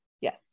Yes